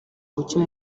bucye